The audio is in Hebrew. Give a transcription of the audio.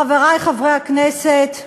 חברי חברי הכנסת,